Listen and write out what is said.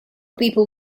people